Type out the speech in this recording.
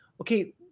okay